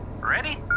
Ready